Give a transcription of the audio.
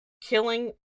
killing